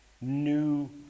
new